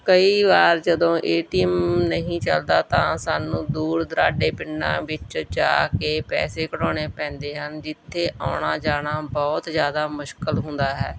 ਕਈ ਵਾਰ ਜਦੋਂ ਏ ਟੀ ਐਮ ਨਹੀਂ ਚਲਦਾ ਤਾਂ ਸਾਨੂੰ ਦੂਰ ਦੁਰਾਡੇ ਪਿੰਡਾਂ ਵਿੱਚ ਜਾ ਕੇ ਪੈਸੇ ਕਢਾਉਣੇ ਪੈਂਦੇ ਹਨ ਜਿੱਥੇ ਆਉਣਾ ਜਾਣਾ ਬਹੁਤ ਜ਼ਿਆਦਾ ਮੁਸ਼ਕਲ ਹੁੰਦਾ ਹੈ